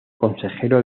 consejero